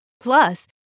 Plus